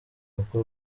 kuko